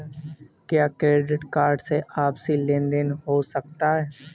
क्या credit card से आपसी लेनदेन हो सकता है?